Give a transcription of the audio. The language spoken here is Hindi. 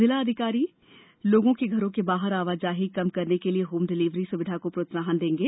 जिला प्राधिकारी लोगों की घरों के बाहर आवाजाही कम करने के लिए होम डिलिवरी सुविधा को प्रोत्साहन देंगे